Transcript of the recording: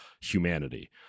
humanity